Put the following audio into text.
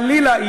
חלילה,